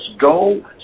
go